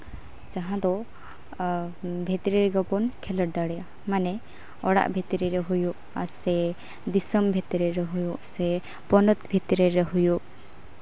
ᱡᱟᱦᱟᱸ ᱫᱚ ᱵᱷᱤᱛᱨᱤ ᱨᱮᱜᱮ ᱵᱚᱱ ᱠᱷᱮᱞᱚᱸᱰ ᱫᱟᱲᱮᱭᱟᱜᱼᱟ ᱢᱟᱱᱮ ᱚᱲᱟᱜ ᱵᱷᱤᱛᱨᱤ ᱨᱮ ᱦᱩᱭᱩᱜ ᱥᱮ ᱫᱤᱥᱚᱢ ᱵᱷᱤᱛᱨᱤ ᱨᱮ ᱦᱩᱭᱩᱜ ᱥᱮ ᱯᱚᱱᱚᱛ ᱵᱷᱤᱛᱨᱤ ᱨᱮ ᱦᱩᱭᱩᱜ